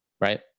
right